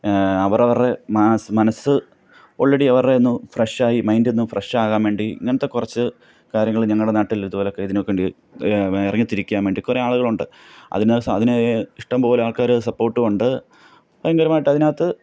അവരവരുടെ മനസ്സ് ഓൾറെഡി അവരുടെയൊന്ന് ഫ്രഷായി മൈൻ്റൊന്ന് ഫ്രഷാകാൻ വേണ്ടി ഇങ്ങനത്തെ കുറച്ച് കാര്യങ്ങൾ ഞങ്ങളുടെ നാട്ടിൽ ഇതുപോലെയൊക്കെ ഇതിനൊക്കെ വേണ്ടി ഇറങ്ങിത്തിരിക്കാൻ വേണ്ടി കുറെ ആളുകളുണ്ട് അതിന് അതിന് ഇഷ്ടംപോലെ ആൾക്കാരത് സപ്പോർട്ടുമുണ്ട് ഭയങ്കരമായിട്ട് അതിനകത്ത്